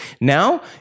Now